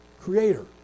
creator